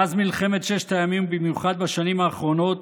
מאז מלחמת ששת הימים, ובמיוחד בשנים האחרונות,